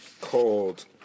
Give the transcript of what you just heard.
called